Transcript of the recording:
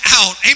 out